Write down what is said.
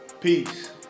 peace